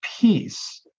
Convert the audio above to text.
peace